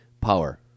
power